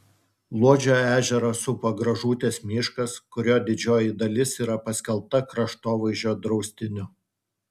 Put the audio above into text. luodžio ežerą supa gražutės miškas kurio didžioji dalis yra paskelbta kraštovaizdžio draustiniu